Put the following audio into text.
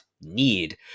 need